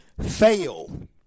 fail